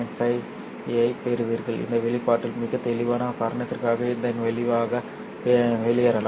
95 ஐப் பெறுவீர்கள் இந்த வெளிப்பாட்டில் மிகத் தெளிவான காரணத்திற்காக இதன் விளைவாக வெளியேறலாம்